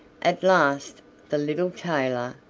at last the little tailor,